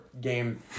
game